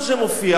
רבותי,